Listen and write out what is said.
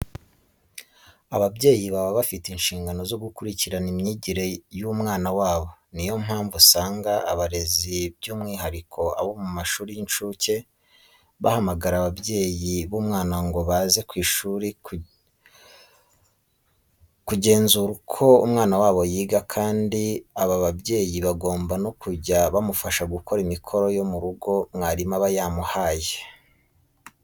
Ababyeyi baba bafite inshingano zo gukurikirana imyigire y'umwana wabo. Ni yo mpamvu usanga abarezi by'umwihariko abo mu mashuri y'incuke bahamagara ababyeyi b'umwana ngo baze ku ishuri kugenzura uko umwana wabo yiga kandi aba babyeyi bagomba no kujya bamufasha gukora imikoro yo mu rugo mwarimu aba yamuhaye.